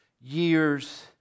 years